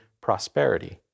prosperity